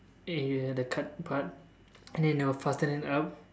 area the cut part and then they will fastened it up